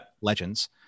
legends